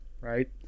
Right